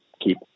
keep